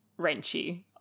wrenchy